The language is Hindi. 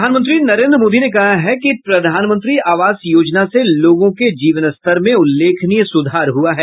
प्रधानमंत्री नरेन्द्र मोदी ने कहा है कि प्रधानमंत्री आवास योजना से लोगों के जीवनस्तर में उल्लेखनीय सुधार हुआ है